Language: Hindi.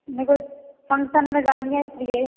मेरे को फंसन में जानी है इसलिए